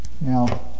Now